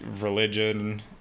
religion